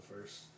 first